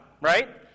right